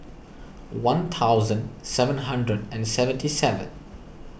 one thousand seven hundred and seventy seven